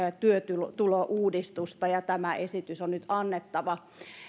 työtulouudistusta tämä esitys on nyt annettava